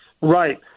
Right